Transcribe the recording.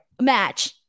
match